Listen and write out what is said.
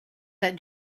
that